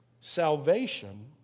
salvation